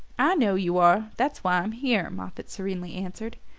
i know you are that's why i'm here, moffatt serenely answered.